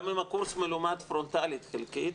גם אם הקורס מלומד פרונטלית חלקית,